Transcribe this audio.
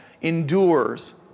endures